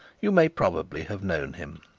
you may probably have known him.